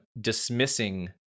dismissing